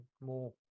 more